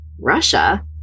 Russia